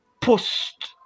post